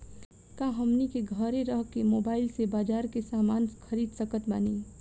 का हमनी के घेरे रह के मोब्बाइल से बाजार के समान खरीद सकत बनी?